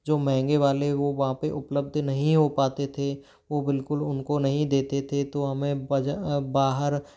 जो मेहंगे वाले वो वहाँ पर उपलब्ध नहीं हो पाते थे वो बिल्कुल उन को नहीं देते थे तो हमें बजा बाहर